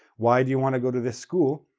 why do you want to go to this school,